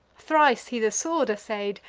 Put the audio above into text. thrice he the sword assay'd,